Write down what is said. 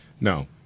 No